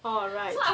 oh right